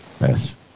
Yes